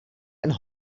and